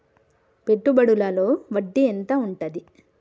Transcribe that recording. పెట్టుబడుల లో వడ్డీ ఎంత ఉంటది?